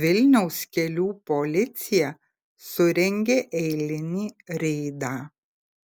vilniaus kelių policija surengė eilinį reidą